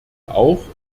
auch